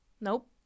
Nope